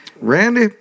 Randy